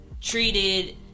treated